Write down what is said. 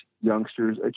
youngsters